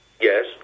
Yes